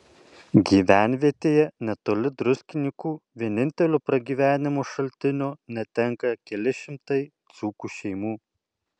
gyvenvietėje netoli druskininkų vienintelio pragyvenimo šaltinio netenka keli šimtai dzūkų šeimų